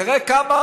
תראה כמה